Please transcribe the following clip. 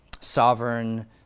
sovereign